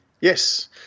Yes